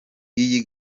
iyi